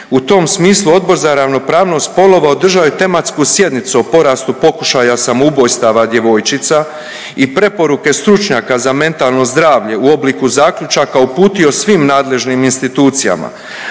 U tom smislu Odbor za ravnopravnost spolova održao je tematsku sjednicu o porastu pokušaja samoubojstava djevojčica i preporuka stručnjaka za mentalno zdravlje u obliku zaključaka uputio svim nadležnim institucijama,